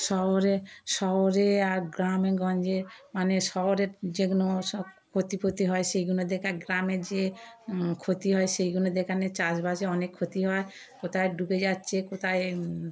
শহরে শহরে আর গ্রামে গঞ্জে মানে শহরের যেগুলো ক্ষতি ফতি হয় সেইগুলো দেখা গ্রামে যে ক্ষতি হয় সেইগুলো দেখালে চাষবাসে অনেক ক্ষতি হয় কোথায় ডুবে যাচ্ছেে কোথায়